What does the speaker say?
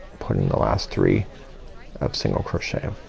put in the last three of single crochet.